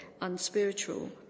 unspiritual